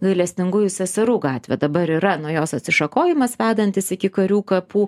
gailestingųjų seserų gatvė dabar yra nuo jos atsišakojimas vedantis iki karių kapų